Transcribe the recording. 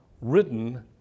written